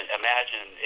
imagine